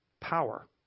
power